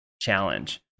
challenge